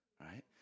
right